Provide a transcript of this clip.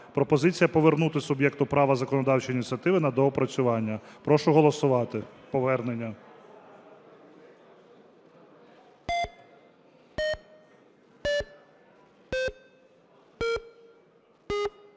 пропозиція повернути суб'єкту права законодавчої ініціативи на доопрацювання. Прошу голосувати повернення.